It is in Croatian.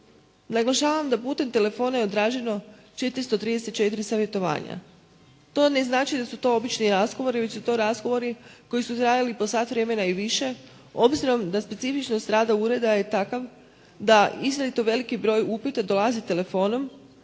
Naglašavam da je putem telefona je traženo 434 savjetovanja. To ne znači da su to obični razgovori već su to razgovori koji su trajali po sat vremena i više, obzirom da specifičnost rada ureda je takav da izrazito veliki broj upita dolazi telefonom